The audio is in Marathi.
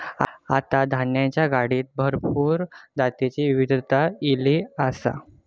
आता धान्याच्या गाडीत भरपूर जातीची विविधता ईली आसा